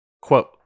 Quote